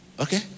okay